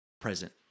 present